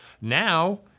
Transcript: now